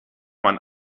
man